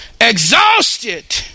exhausted